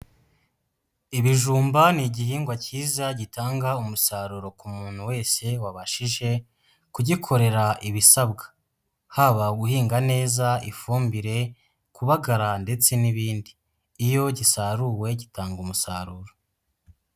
Ibijumba ni igihingwa cyiza gitanga umusaruro ku muntu wese wabashije kugikorera ibisabwa, haba guhinga neza, ifumbire, kubagara ndetse n'ibindi, iyo gisaruwe gitanga umusaruro.